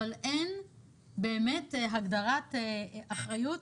אבל אין באמת הגדרת אחריות,